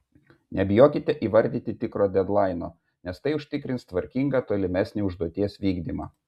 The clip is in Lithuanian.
nebijokite įvardyti tikro dedlaino nes tai užtikrins tvarkingą tolimesnį užduoties vykdymą